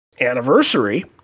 anniversary